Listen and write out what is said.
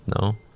No